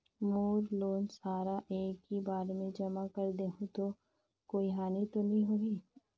मोर loan सारा एकी बार मे जमा कर देहु तो कोई हानि तो नी होही?